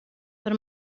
per